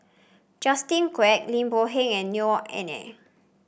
Justin Quek Lim Boon Heng and Neo Anngee